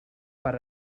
per